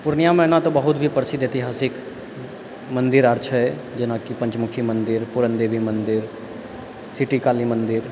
पूर्णियामे एना तऽ बहुत भी प्रसिद्ध ऐतिहासिक मन्दिर आओर छै जेना कि पञ्चमुखी मन्दिर पूरन देवी मन्दिर सिटी काली मन्दिर